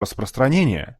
распространения